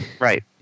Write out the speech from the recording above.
Right